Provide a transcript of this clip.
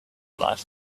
life